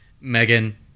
megan